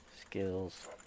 Skills